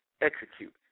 execute